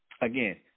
Again